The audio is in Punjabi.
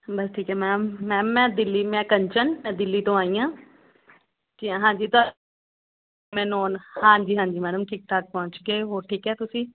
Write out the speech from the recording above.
ਬਸ ਠੀਕ ਆ ਮੈਮ ਮੈਮ ਮੈਂ ਦਿੱਲੀ ਮੈਂ ਕੰਚਨ ਮੈਂ ਦਿੱਲੀ ਤੋਂ ਆਈ ਆਂ ਕਿ ਆ ਹਾਂਜੀ ਤਾਂ ਮੈਂ ਨੋਨ ਹਾਂਜੀ ਹਾਂਜੀ ਮੈਡਮ ਠੀਕ ਠਾਕ ਪਹੁੰਚ ਗਏ ਹੋਰ ਠੀਕ ਹੈ ਤੁਸੀਂ